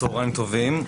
צהריים טובים.